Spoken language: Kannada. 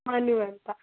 ಮನು ಅಂತ